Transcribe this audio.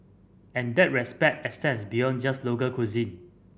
and that respect extends beyond just local cuisine